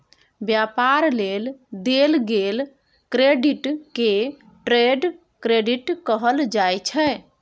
व्यापार लेल देल गेल क्रेडिट के ट्रेड क्रेडिट कहल जाइ छै